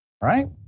Right